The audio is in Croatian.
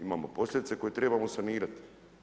Imamo posljedice koje trebamo sanirati.